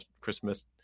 christmas